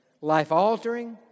life-altering